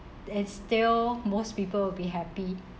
and still most people would be happy